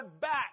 back